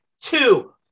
Two